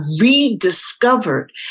rediscovered